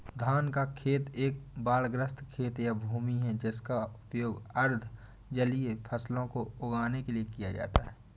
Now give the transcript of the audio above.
धान का खेत एक बाढ़ग्रस्त खेत या भूमि है जिसका उपयोग अर्ध जलीय फसलों को उगाने के लिए किया जाता है